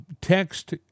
text